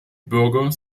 bürger